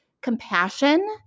compassion